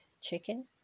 chicken